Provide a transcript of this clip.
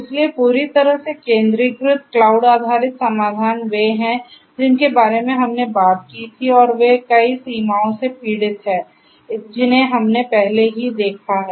इसलिए पूरी तरह से केंद्रीकृत क्लाउड आधारित समाधान वे हैं जिनके बारे में हमने बात की थी और वे कई सीमाओं से पीड़ित हैं जिन्हें हमने पहले ही देखा है